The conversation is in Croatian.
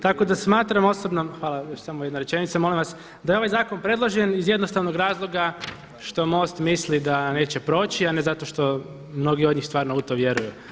Tako da smatram osobno … [[Upadica se ne čuje.]] hvala još samo jedna rečenica molim vas, da je ovaj zakon predložen iz jednostavnog razloga što MOST misli da neće proći a ne zato što mnogi od njih stvarno u to vjeruju.